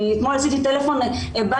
אתמול אני עשיתי טלפון בת,